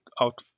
out